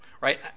right